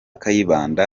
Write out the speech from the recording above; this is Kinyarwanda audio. kayibanda